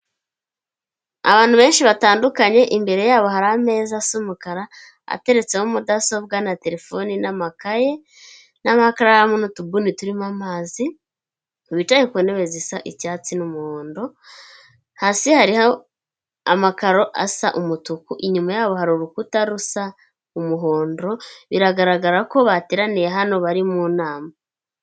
Abantu benshi batandukanye imbere yabo hari ameza asa umukara, ateretseho mudasobwa na terefone n'amakaye n'amakaramu n'utubuni turimo amazi, bicaye ku ntebe zisa icyatsi n'umuhondo, hasi hariho amakaro asa umutuku, inyuma yabo hari urukuta rusa umuhondo, biragaragara ko bateraniye hano bari mu nama.